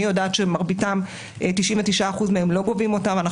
אני יודעת שמרביתם, 99% מהם לא גובים אותם.